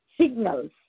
signals